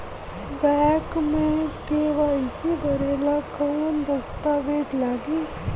Bank मे KYC भरेला कवन दस्ता वेज लागी?